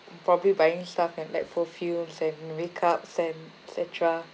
probably buying stuff and like perfumes and makeups and et cetera